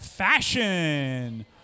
fashion